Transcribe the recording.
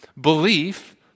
Belief